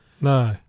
no